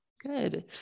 Good